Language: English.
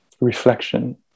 reflection